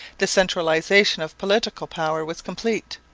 the centralization of political power was complete.